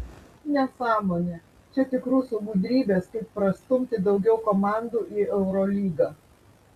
nesąmonė čia tik rusų gudrybės kaip prastumti daugiau komandų į eurolygą